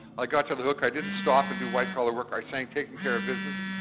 i got to the hook, i didn't stop and do white collar worker, i sang takin' care of business.